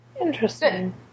Interesting